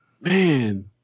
man